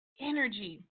energy